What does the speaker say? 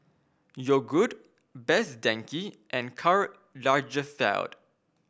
Yogood Best Denki and Karl Lagerfeld